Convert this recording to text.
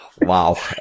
Wow